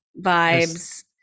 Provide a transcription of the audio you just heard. vibes